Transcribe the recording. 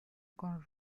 con